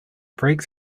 break